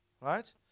right